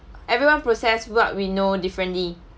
everyone process what we know differently